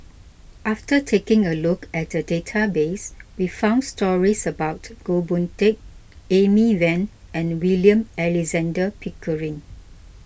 after taking a look at the database we found stories about Goh Boon Teck Amy Van and William Alexander Pickering